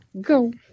Go